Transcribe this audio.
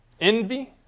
envy